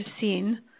seen